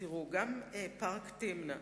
גם פארק תמנע,